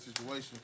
situation